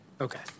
Okay